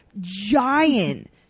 giant